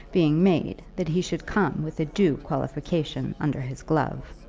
being made that he should come with a due qualification under his glove.